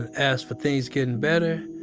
and as for things getting better,